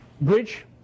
bridge